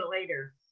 later